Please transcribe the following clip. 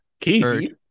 Keith